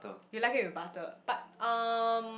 you like it with butter but um